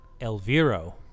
Elviro